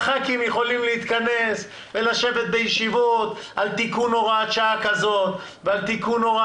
חברי הכנסת יכולים להתכנס ולשבת בישיבות על תיקון הוראת שעה כזו ואחרת.